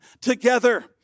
together